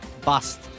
bust